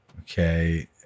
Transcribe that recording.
Okay